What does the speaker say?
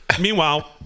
meanwhile